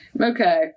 Okay